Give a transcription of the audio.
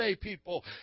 people